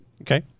Okay